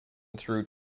through